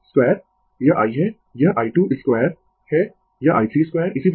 यह i है यह I2 2 है यह i3 2 इसी प्रकार